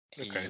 Okay